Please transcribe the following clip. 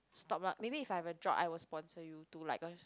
stop lah maybe if I have a job I will sponsor you too like